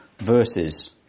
verses